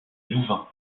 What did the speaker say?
louvain